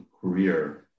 career